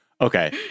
Okay